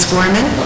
Gorman